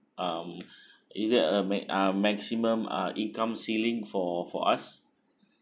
um is there a ma~ uh maximum uh income ceilings for for us